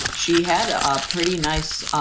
she had a pretty nice